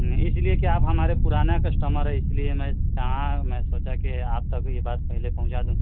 اس لیے کہ آپ ہمارے پرانا کسٹمر ہے اس لیے میں چاہا میں سوچا کہ آپ تک یہ بات پہلے پہنچا دوں